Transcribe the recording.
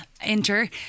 enter